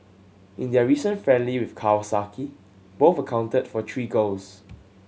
in their recent friendly with Kawasaki both accounted for three goals